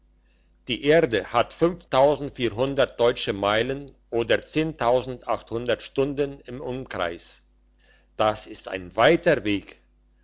die erde hat deutsche meilen oder stunden im umkreis das ist ein weiter weg